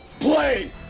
play